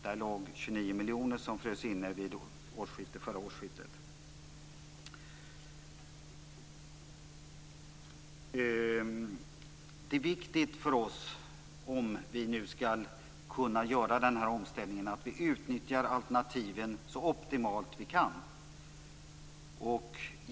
Det är viktigt för oss, om vi skall kunna göra denna omställning, att vi utnyttjar alternativen optimalt.